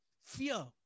fear